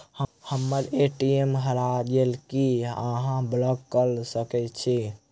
हम्मर ए.टी.एम हरा गेल की अहाँ ब्लॉक कऽ सकैत छी?